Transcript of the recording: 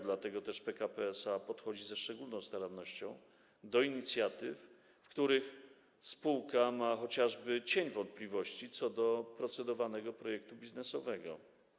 Dlatego też PKP SA podchodzi ze szczególną starannością do inicjatyw, w przypadku których spółka ma chociażby cień wątpliwości co do procedowanego projektu biznesowego.